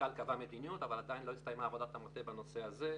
המנכ"ל קבע מדיניות אבל עדיין לא הסתיימה עבודת המטה בנושא הזה,